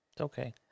okay